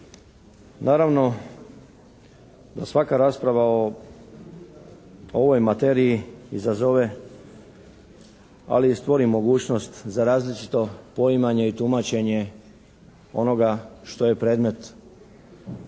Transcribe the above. Naravno da svaka rasprava o ovoj materiji izazove ali i stvori mogućnost za različito poimanje i tumačenje onoga što je predmet ovog